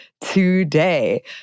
today